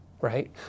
right